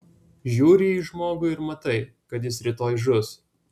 žiūri į žmogų ir matai kad jis rytoj žus